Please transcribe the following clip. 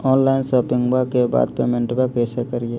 Online शोपिंग्बा के बाद पेमेंटबा कैसे करीय?